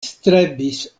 strebis